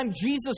Jesus